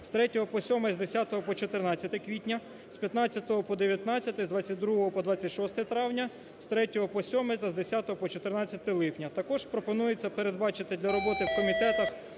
з 3 по 7, з 10 по 14 квітня, з 15 по 19, з 22 по 26 травня, з 3 по 7 та з 10 по 14 липня. Також пропонується передбачити для роботи у комітетах,